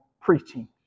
preaching